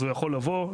אז הוא יכול לבוא,